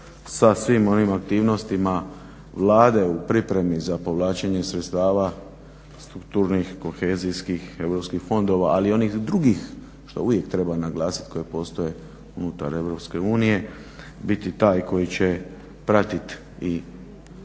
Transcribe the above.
sa svim onim aktivnostima Vlade u pripremi za povlačenje sredstava strukturnih, kohezijskih europskih fondova ali i onih drugih što uvijek treba naglasiti koje postoje unutar EU biti taj koji će pratiti i